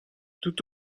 tout